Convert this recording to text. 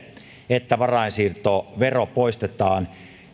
että varainsiirtovero poistetaan